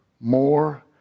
more